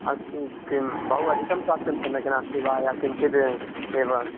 अस्तु किं बहु अधिकं स्वास्थ्यं सम्यक् नास्ति वा या किञ्चिद् एव